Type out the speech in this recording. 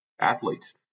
athletes